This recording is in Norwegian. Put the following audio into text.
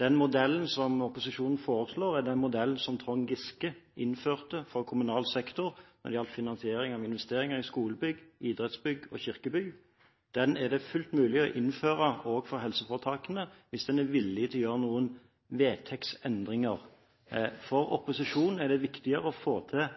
Den modellen som opposisjonen foreslår, er den modellen som Trond Giske innførte for kommunal sektor når det gjaldt finansiering av investeringer i skolebygg, idrettsbygg og kirkebygg. Den er det fullt mulig å innføre